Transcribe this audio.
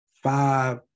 Five